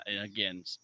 again